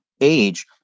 age